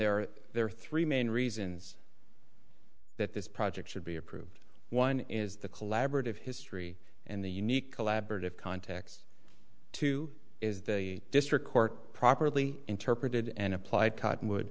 are there are three main reasons that this project should be approved one is the collaborative history and the unique collaborative context two is the district court properly interpreted and applied cottonwood